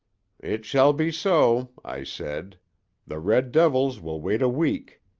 it shall be so i said the red devils will wait a week.